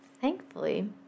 Thankfully